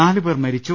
നാലുപേർ മരിച്ചു